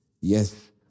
Yes